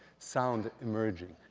sound emerging.